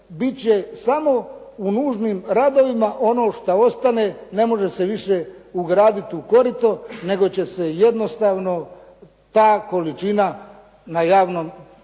bit će samo u nužnim radovima ono što ostane ne može se više ugraditi u korito nego će se jednostavno ta količina na javnoj